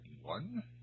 one